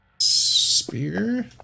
spear